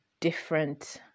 different